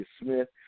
Smith